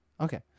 Okay